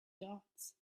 dots